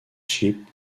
ship